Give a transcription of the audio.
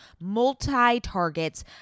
multi-targets